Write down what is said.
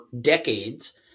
decades